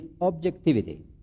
objectivity